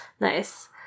Nice